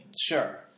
Sure